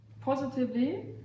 positively